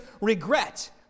regret